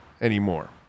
anymore